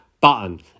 button